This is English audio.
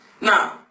now